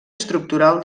estructural